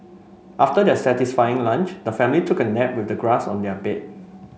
after their satisfying lunch the family took a nap with the grass on their bed